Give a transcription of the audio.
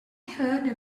heard